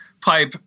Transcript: Pipe